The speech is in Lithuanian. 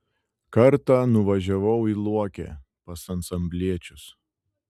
kartą nuvažiavau į luokę pas ansambliečius